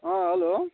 अँ हेलो